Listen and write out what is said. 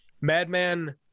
madman